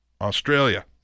Australia